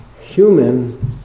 human